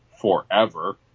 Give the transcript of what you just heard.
forever